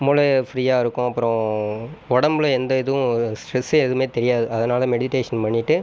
மூளையை ஃப்ரீயாருக்கும் அப்புறம் உடம்பில் எந்த இதுவும் ஸ்ட்ரெஸ்ஸே எதுவுமே தெரியாது அதனால் மெடிடேஷன் பண்ணிகிட்டு